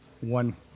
one